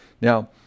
Now